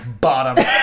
bottom